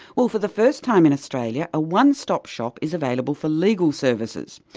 well for the first time in australia, a one-stop shop is available for legal services.